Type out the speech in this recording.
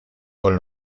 con